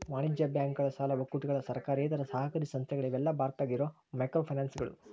ವಾಣಿಜ್ಯ ಬ್ಯಾಂಕುಗಳ ಸಾಲ ಒಕ್ಕೂಟಗಳ ಸರ್ಕಾರೇತರ ಸಹಕಾರಿ ಸಂಸ್ಥೆಗಳ ಇವೆಲ್ಲಾ ಭಾರತದಾಗ ಇರೋ ಮೈಕ್ರೋಫೈನಾನ್ಸ್ಗಳು